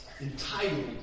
entitled